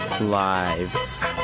lives